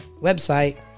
website